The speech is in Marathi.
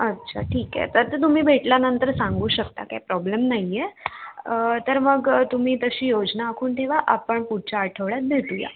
अच्छा ठीक आहे तर ते तुम्ही भेटल्यानंतर सांगू शकता काही प्रॉब्लेम नाही आहे तर मग तुम्ही तशी योजना आखून ठेवा आपण पुढच्या आठवड्यात भेटूया